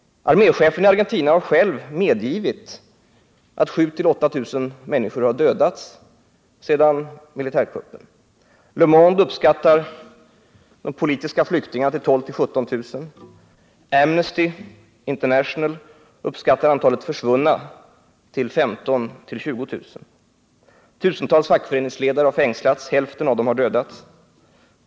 Arméchefen i Argentina har själv medgivit att 7000-8000 människor har dödats efter militärkuppen. Le Monde uppskattar antalet politiska flyktingar till 12 000-17 000. Amnesty International uppskattar antalet försvunna till 15 000-20 000. Tusentals fackföreningsledare har fängslats. Hälften av dem har dödats.